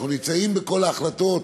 אנחנו נמצאים בכל ההחלטות,